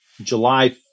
July